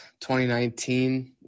2019